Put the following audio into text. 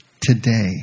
today